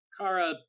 Kara